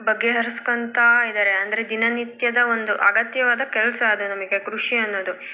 ಬಗೆಹರ್ಸ್ಕೊತಾ ಇದ್ದಾರೆ ಅಂದರೆ ದಿನನಿತ್ಯದ ಒಂದು ಅಗತ್ಯವಾದ ಕೆಲಸ ಅದು ನಮಗೆ ಕೃಷಿ ಅನ್ನೋದು